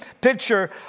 picture